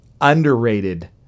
underrated